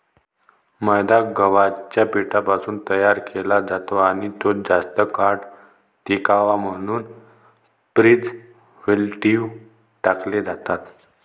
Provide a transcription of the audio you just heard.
मैदा गव्हाच्या पिठापासून तयार केला जातो आणि तो जास्त काळ टिकावा म्हणून प्रिझर्व्हेटिव्ह टाकले जातात